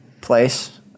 place